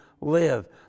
live